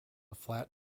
flat